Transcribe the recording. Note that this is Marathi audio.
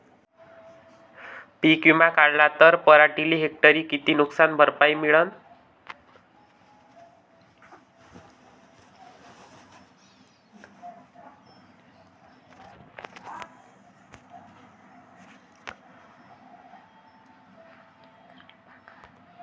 पीक विमा काढला त पराटीले हेक्टरी किती नुकसान भरपाई मिळीनं?